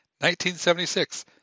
1976